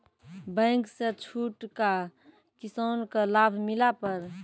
Bank से छूट का किसान का लाभ मिला पर?